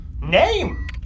Name